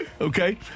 Okay